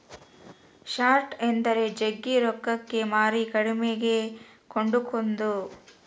short ಎಂದರೆ ಜಗ್ಗಿ ರೊಕ್ಕಕ್ಕೆ ಮಾರಿ ಕಡಿಮೆಗೆ ಕೊಂಡುಕೊದು